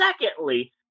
secondly